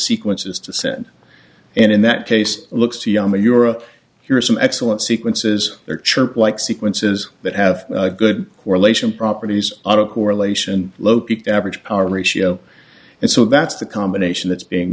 sequences to send and in that case looks younger europe here are some excellent sequences there chirp like sequences that have good correlation properties autocorrelation average power ratio and so that's the combination that's being